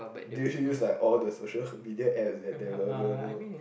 they actually use like all the social media apps that were available